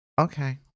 Okay